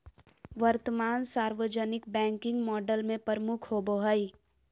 वर्तमान सार्वजनिक banking model में प्रमुख होबो हइ